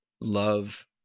love